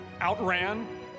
outran